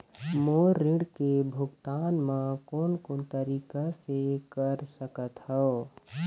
मोर ऋण के भुगतान म कोन कोन तरीका से कर सकत हव?